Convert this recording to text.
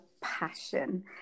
passion